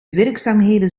werkzaamheden